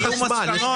יש חשמל,